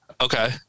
okay